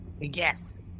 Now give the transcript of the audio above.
Yes